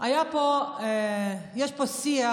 יש פה שיח